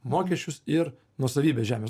mokesčius ir nuosavybę žemės